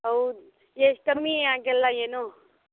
ಹೌದು ಎಷ್ಟ್ ಕಮ್ಮಿ ಆಗಲ್ಲ ಏನು